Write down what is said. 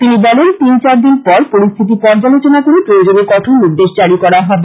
তিনি বলেন যে তিন চারদিন পর পরিস্থিতি পর্যালোচনা করে প্রয়োজনে কঠোর নির্দেশ জারী করা করা হবে